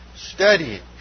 studying